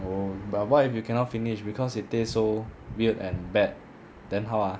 oh but what if you cannot finish because it tastes so weird and bad then how ah